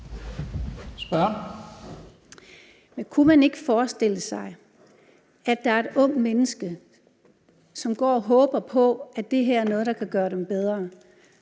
Kunne man ikke forestille sig, at der er et ungt menneske, som går og håber på, at det her er noget, der kan gøre det bedre